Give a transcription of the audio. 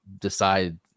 decide